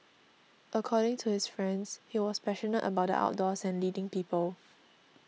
according to his friends he was passionate about the outdoors and leading people